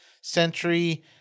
century